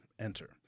enter